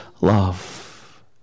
love